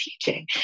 teaching